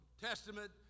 testament